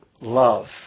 Love